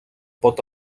pot